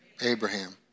Abraham